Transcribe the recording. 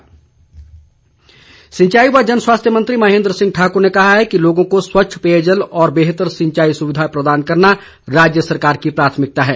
महेन्द्र सिंह सिंचाई व जनस्वास्थ्य मंत्री महेन्द्र सिंह ठाकुर ने कहा है कि लोगों को स्वच्छ पेयजल और बेहतर सिंचाई सुविधा प्रदान करना राज्य सरकार की प्राथमिकता है